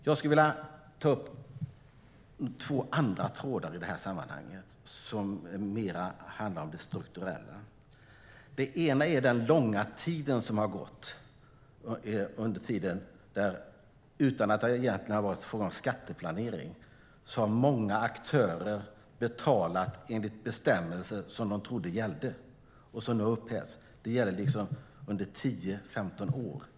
Jag skulle vilja ta upp två andra trådar i sammanhanget som mer handlar om det strukturella. Det ena är den långa tid som har gått. Utan att det egentligen har varit fråga om skatteplanering har många aktörer betalat enligt bestämmelser som de trodde gällde och som nu upphävs. Det handlar om i storleksordningen 10-15 år.